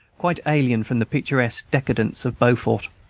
quite alien from the picturesque decadence of beaufort.